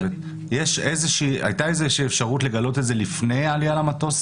הייתה איזושהי אפשרות לגלות את הנושא של הווריאנט לפני העלייה למטוס?